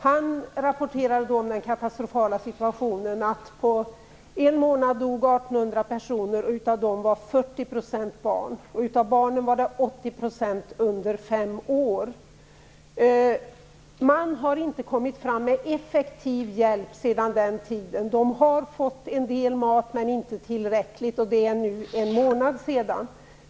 Han rapporterade då om den katastrofala situationen. På en månad dog 1 800 personer, och av dem var 40 % Man har inte kommit fram med effektiv hjälp sedan den tiden. Flyktingarna har fått en del mat, men inte tillräckligt, och det är nu en månad sedan.